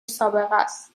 سابقست